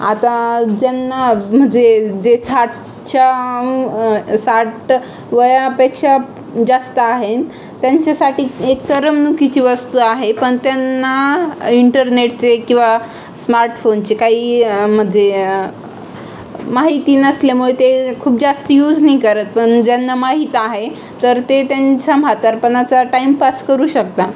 आता ज्यांना म्हणजे जे साठच्या साठ वयापेक्षा जास्त आहे त्यांच्यासाठी एक करमणुकीची वस्तू आहे पण त्यांना इंटरनेटचे किंवा स्मार्ट फोनचे काही म्हणजे माहिती नसल्यामुळे ते खूप जास्ती यूज नाही करत पण ज्यांना माहीत आहे तर ते त्यांच्या म्हातारपणाचा टाईमपास करू शकतात